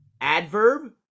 adverb